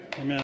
Amen